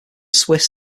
swiss